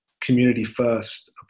community-first